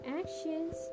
actions